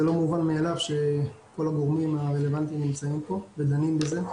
זה לא מובן מאליו שכל הגורמים הרלוונטיים נמצאים כאן ודנים בנושא הזה.